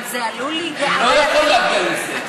אבל זה עלול, זה לא יכול להגיע לזה.